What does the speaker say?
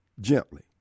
Gently